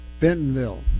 Bentonville